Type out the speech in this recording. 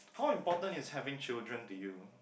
how important is having children to you